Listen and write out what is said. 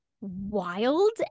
wild